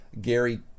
Gary